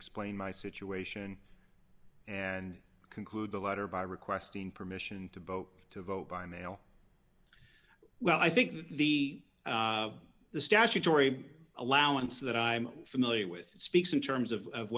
explain my situation and conclude a letter by requesting permission to vote to vote by mail well i think that the the statutory allowance that i'm familiar with that speaks in terms of